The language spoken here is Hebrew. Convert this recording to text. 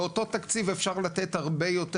באותו תקציב אפשר לתת הרבה יותר,